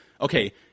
okay